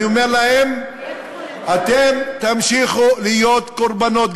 אני אומר להם: אתם תמשיכו להיות קורבנות,